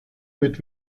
mit